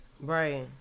Right